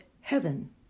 heaven